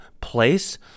place